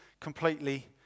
completely